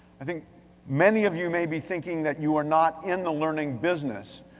i think many of you may be thinking that you are not in the learning business,